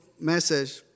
message